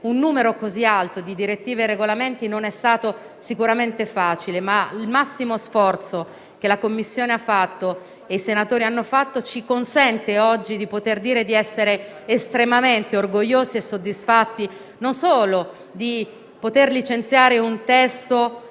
un numero così alto di direttive e regolamenti, ma il massimo sforzo che la Commissione e i senatori hanno fatto ci consente oggi di poter dire di essere estremamente orgogliosi e soddisfatti non solo di poter licenziare un testo